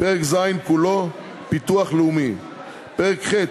פרק ז' כולו (פיתוח לאומי); פרק ח'